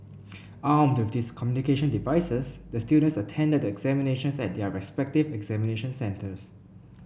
armed with these communication devices the students attended the examinations at their respective examination centres